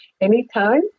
anytime